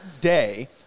day